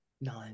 None